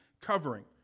covering